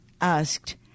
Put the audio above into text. asked